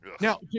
Now